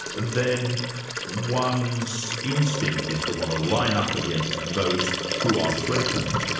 then one's instinct is to want to line up against those who are threatened,